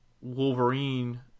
Wolverine